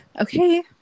Okay